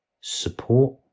support